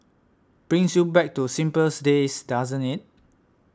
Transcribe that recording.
brings you back to simpler days doesn't it